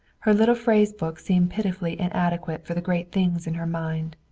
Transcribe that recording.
her little phrase book seemed pitifully inadequate for the great things in her mind.